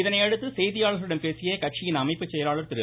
இதனையடுத்து செய்தியாளர்களிடம் பேசிய கட்சியின் அமைப்பு செயலாளர் திரு